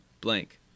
blank